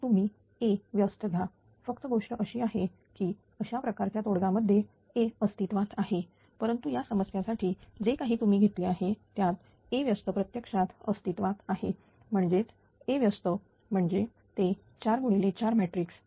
तर तुम्ही A व्यस्त घ्या फक्त गोष्ट अशी आहे की अशा प्रकारच्या तोडगा मध्ये A अस्तित्वात आहे परंतु या समस्या साठी जे काही तुम्ही घेतले आहे त्यात A व्यस्त प्रत्यक्षात अस्तित्वात आहे म्हणजेच A व्यस्त म्हणजे ते 4 गुणिले 4 मॅट्रिक्स